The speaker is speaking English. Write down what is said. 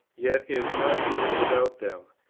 yet is not given without them,